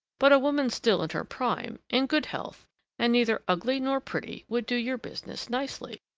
but a woman still in her prime, in good health and neither ugly nor pretty, would do your business nicely.